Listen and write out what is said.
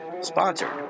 Sponsored